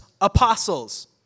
apostles